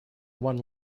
one